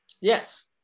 Yes